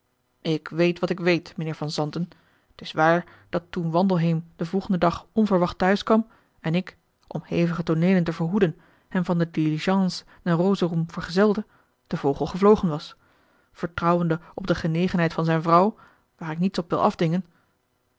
ik weet wat ik weet meneer van zanten t is waar dat toen wandelheem den volgenden dag onverwacht te huis kwam en ik om hevige tooneelen te verhoeden hem van de diligence naar rosorum vergezelde de vogel gevlogen was vertrouwende op de genegenheid van zijn vrouw waar ik niets op wil afdingen